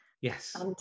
Yes